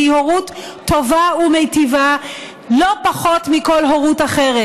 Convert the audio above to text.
והיא הורות טובה ומיטיבה לא פחות מכל הורות אחרת.